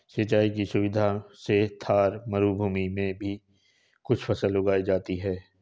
सिंचाई की सुविधा से थार मरूभूमि में भी कुछ फसल उगाई जाती हैं